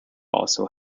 also